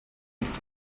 its